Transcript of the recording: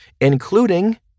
including